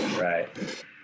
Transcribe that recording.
Right